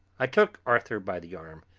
i took arthur by the arm,